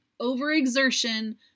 overexertion